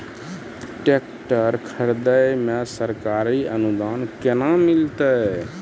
Tractor खरीदै मे सरकारी अनुदान केना मिलतै?